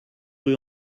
rue